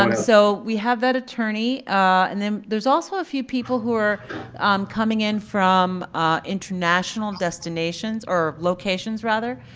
um so we have that attorney and then there's also a few people who are um coming in from international destinations or locations rather.